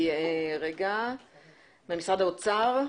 ממשרד האוצר,